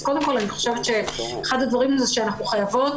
אז קודם כל אני חושבת שאחד הדברים שאנחנו חייבות